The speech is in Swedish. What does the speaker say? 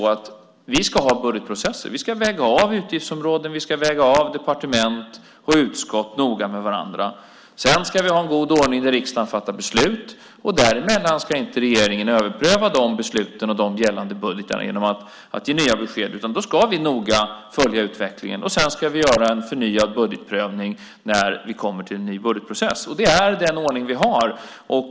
Vi ska ha budgetprocesser. Vi ska väga av utgiftsområden. Vi ska väga av departement och utskott noga med varandra. Sedan ska vi ha en god ordning där riksdagen fattar beslut. Däremellan ska inte regeringen överpröva de besluten och de gällande budgetarna genom att ge nya besked. Då ska vi noga följa utvecklingen, och sedan ska vi göra en förnyad budgetprövning när vi kommer till en ny budgetprocess. Det är den ordning vi har.